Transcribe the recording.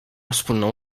wspólną